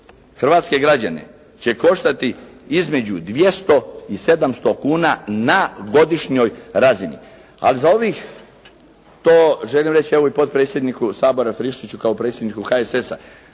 hrvatske građane će koštati između 200 i 700 kuna na godišnjoj razini, ali za ovih, to želim reći evo, i potpredsjedniku Sabora Friščiću kao predsjedniku HSS-a.